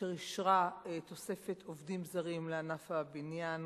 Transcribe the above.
אשר אישרה תוספת עובדים זרים לענף הבניין,